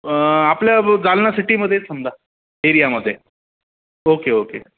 आपल्या ब जालना सिटीमध्ये समजा एरियामध्ये ओके ओके